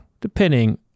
depending